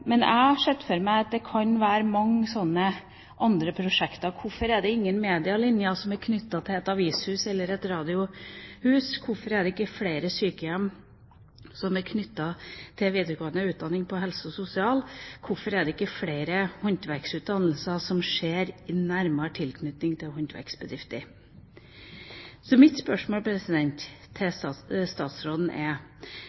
Men jeg ser for meg at det kan være mange andre slike prosjekter. Hvorfor er det ingen medielinjer som er knyttet til et avishus eller et radiohus? Hvorfor er det ikke flere sykehjem som er knyttet til videregående utdanning innen helse- og sosialfag? Hvorfor er det ikke flere håndverksutdannelser i nærmere tilknytning til håndverksbedrifter? Mitt spørsmål til statsråden er: Hvordan skal vi stimulere til flere slike prosjekt? Hvordan skal vi stimulere til